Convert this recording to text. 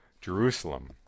Jerusalem